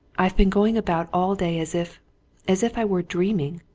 i've been going about all day as if as if i were dreaming,